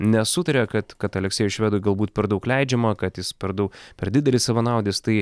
nesutaria kad kad aleksejui švedui galbūt per daug leidžiama kad jis per dau per didelis savanaudis tai